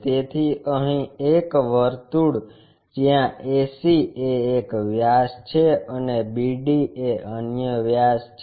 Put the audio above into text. તેથી અહીં એક વર્તુળ જ્યાં ac એ એક વ્યાસ છે અને bd એ અન્ય વ્યાસ છે